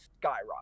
skyrocket